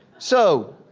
so,